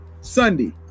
Sunday